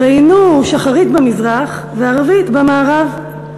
ראינוהו שחרית במזרח וערבית במערב.